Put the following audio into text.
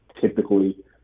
typically